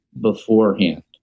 beforehand